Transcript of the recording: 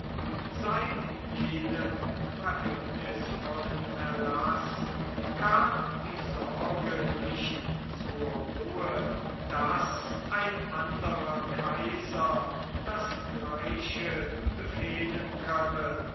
seit jenem verhängnisvollen erlaß kam die sorge nicht zur ruhe daß ein anderer kaiser das gleiche befehlen könne